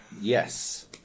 Yes